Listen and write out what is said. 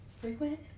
frequent